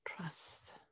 Trust